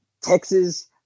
Texas